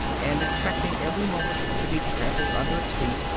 and expecting every moment to be trampled under its feet,